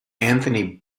anthony